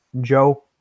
Joe